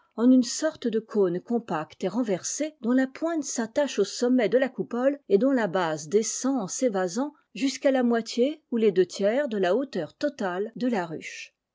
en une sorte de cône compact et renversé dont la pointe s'attache au sommet de la coupole et dont la base descend er s'évasant jusque la moitié ou les deux tiers d la hauteur totale de la ruche